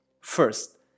First